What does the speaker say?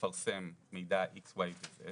לפרסם מידע X, Y ו-Z